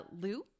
Lou